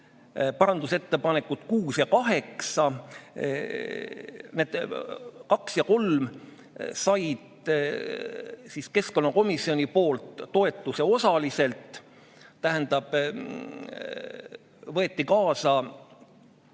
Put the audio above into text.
parandusettepanekud nr 6 ja 8. Need nr 2 ja 3 said siis keskkonnakomisjoni toetuse osaliselt, tähendab, võeti kaasa